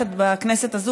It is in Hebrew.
בכנסת הזאת,